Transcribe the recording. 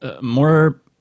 more